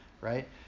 right